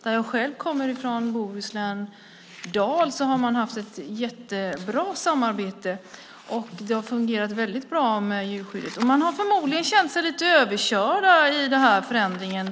Där jag själv kommer ifrån, Bohuslän-Dal, har man haft ett jättebra samarbete, och djurskyddet har fungerat väldigt bra. Man har förmodligen känt sig lite överkörd i förändringen.